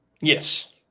Yes